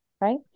right